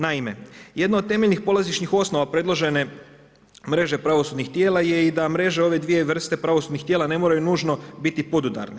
Naime, jedno od temeljnih polazišnih osnova predložene mreže pravosudnih tijela je i da mreže ove dvije vrste pravosudnih tijela ne moraju nužno biti podudarne.